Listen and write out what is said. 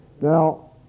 Now